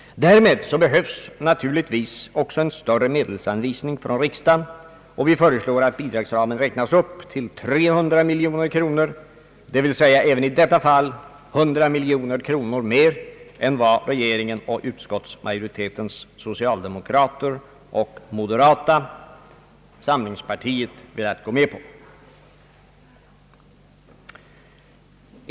Därmed behövs naturligtvis också en större medelsanvisning från riksdagen, och vi föreslår att bidragsramen räknas upp till 300 miljoner kronor, dvs. även i detta fall med 100 miljoner kronor mer än vad regeringen, utskottsmajoritetens socialdemokrater och moderata samlingspartiet velat gå med på.